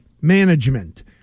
management